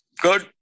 good